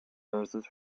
verses